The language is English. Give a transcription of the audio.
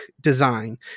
design